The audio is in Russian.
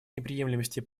неприемлемости